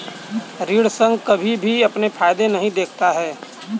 ऋण संघ कभी भी अपने फायदे नहीं देखता है